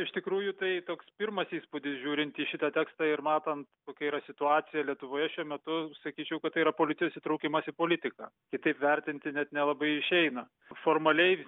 iš tikrųjų tai toks pirmas įspūdis žiūrint į šitą tekstą ir matant kokia yra situacija lietuvoje šiuo metu sakyčiau kad tai yra politinis įtraukimas į politiką kitaip vertinti net nelabai išeina formaliai